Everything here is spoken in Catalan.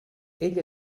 ella